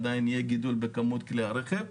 עדיין יהיה גידול בכמות כלי הרכב.